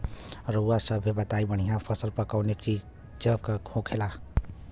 रउआ सभे बताई बढ़ियां फसल कवने चीज़क होखेला?